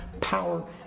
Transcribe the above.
power